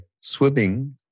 swimming